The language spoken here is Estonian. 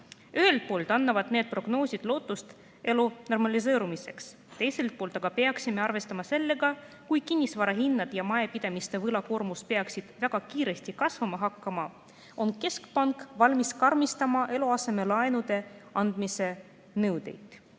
poolt annavad need prognoosid lootust elu normaliseerumiseks, teiselt poolt aga peaksime arvestama sellega, et kui kinnisvarahinnad ja majapidamiste võlakoormus peaksid väga kiiresti kasvama hakkama, on keskpank valmis karmistama eluasemelaenude andmise nõudeid. Eesti